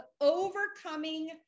overcoming